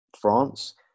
France